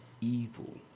evil